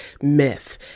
myth